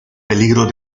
peligro